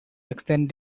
extend